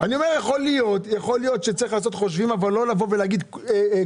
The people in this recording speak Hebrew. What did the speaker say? יכול להיות שאת יכולה לנקוב בזמן